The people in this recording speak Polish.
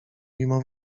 mimo